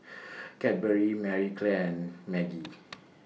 Cadbury Marie Claire and Maggi